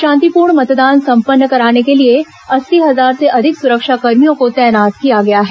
शांतिपूर्ण मतदान संपन्न कराने के लिए अस्सी हजार से अधिक सुरक्षा कर्मियों को तैनात किया गया है